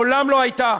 מעולם לא הייתה